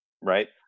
right